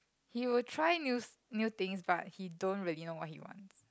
he would try new s~ new things but he don't really know what he wants